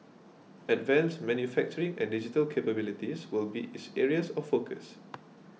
advanced manufacturing and digital capabilities will be its areas of focus